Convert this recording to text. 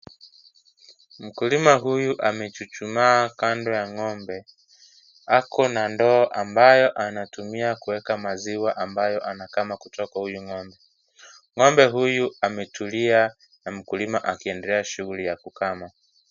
Mkulima huyu amechuchuma kando ya ng'ombe, ako na ndoo ambayo anatumia kuweka maziwa ambayo anakama kutoka kwa huyu ng'ombe. Ng'ombe huyu ametulia na mkulima akiendelea shughuli ya kukama.